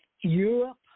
Europe